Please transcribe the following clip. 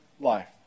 life